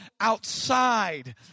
outside